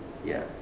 ya